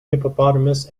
hippopotamus